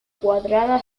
cuadrada